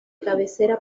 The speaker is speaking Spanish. cabecera